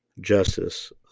justice